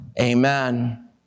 Amen